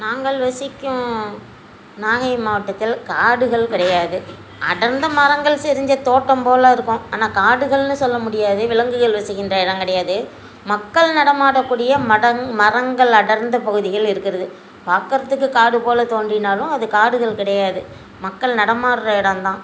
நாங்கள் வசிக்கும் நாகை மாவட்டத்தில் காடுகள் கிடையாது அடர்ந்த மரங்கள் செறிஞ்ச தோட்டம் போல் இருக்கும் ஆனால் காடுகள்னு சொல்ல முடியாது விலங்குகள் வசிக்கின்ற இடம் கிடையாது மக்கள் நடமாடக்கூடிய மடங் மரங்கள் அடர்ந்த பகுதிகள் இருக்கிறது பார்க்கறதுக்கு காடு போல் தோன்றினாலும் அது காடுகள் கிடையாது மக்கள் நடமாடுகிற இடந்தான்